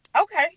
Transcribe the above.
Okay